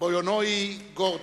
בוינואי גורדון,